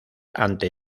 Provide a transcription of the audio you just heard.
ante